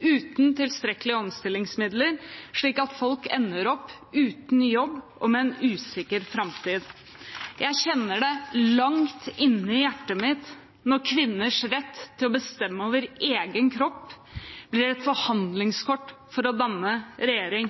uten tilstrekkelig omstillingsmidler, slik at folk ender opp uten jobb og med en usikker framtid. Jeg kjenner det langt inni hjertet mitt når kvinners rett til å bestemme over egen kropp blir et forhandlingskort for å danne regjering.